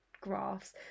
graphs